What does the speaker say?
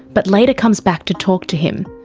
but later comes back to talk to him.